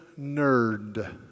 nerd